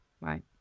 Right